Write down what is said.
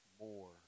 more